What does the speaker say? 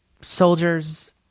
soldiers